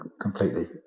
completely